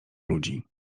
ludzi